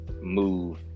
move